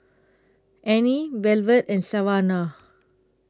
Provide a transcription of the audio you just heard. Annie Velvet and Savannah